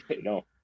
No